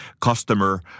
customer